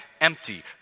empty